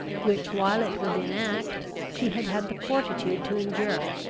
which, while it was in act, she had had the fortitude to endure.